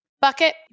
bucket